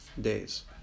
days